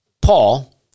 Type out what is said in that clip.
Paul